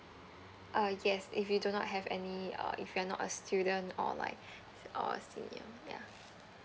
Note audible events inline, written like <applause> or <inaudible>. uh yes if you do not have any uh if you are not a student or like <breath> a senior ya